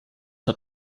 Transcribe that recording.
hat